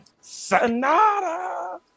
Sonata